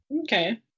Okay